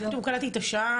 אני קלטתי את השעה,